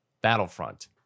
Battlefront